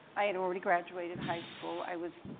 i had already graduated high school. i was